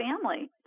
family